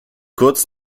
kurz